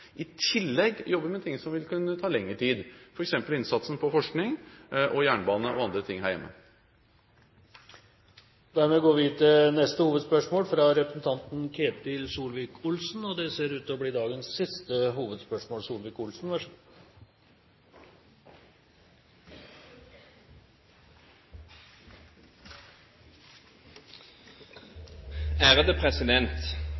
I tillegg jobber vi med ting som vil kunne ta lengre tid, f.eks. innsats på forskning, jernbane og andre ting her hjemme. Da går vi til neste hovedspørsmål, og det ser ut til å bli dagens siste.